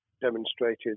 demonstrated